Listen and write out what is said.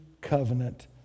covenant